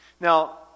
Now